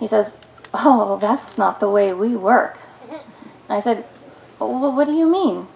he says oh that's not the way we work and i said what do you mean